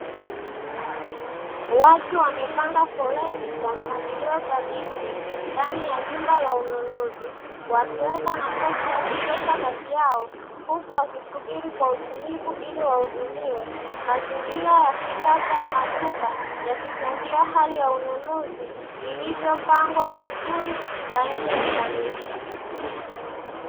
Watu wamepanga foleni kwa mpangilio thabiti, ndani ya jumba la ununuzi. Wakiweka nafasi yakutosha kati yao, huku wakisubili kwa utulivu ili wahudumiwe. Mazingira ya kisasa ya maduka, yakichangia hali ya ununuzi ilivyopangwa vizuri na yenye ufanisi.